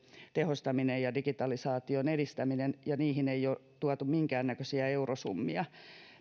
tehostaminen ja digitalisaation edistäminen ja niihin ei ole tuotu minkäännäköisiä eurosummia